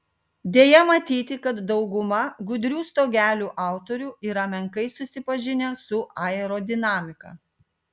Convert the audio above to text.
deja matyti kad dauguma gudrių stogelių autorių yra menkai susipažinę su aerodinamika